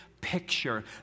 picture